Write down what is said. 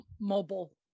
mobile